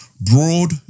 broad